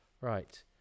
Right